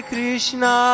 Krishna